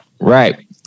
Right